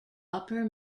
upper